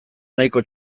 nahikoa